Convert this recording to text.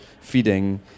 feeding